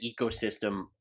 ecosystem